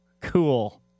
Cool